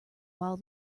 while